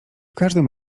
każdym